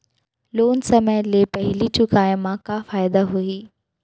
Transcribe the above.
Loan समय ले पहिली चुकाए मा का फायदा होही?